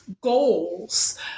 goals